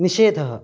निषेधः